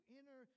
enter